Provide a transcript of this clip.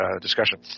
discussion